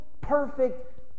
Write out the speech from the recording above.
perfect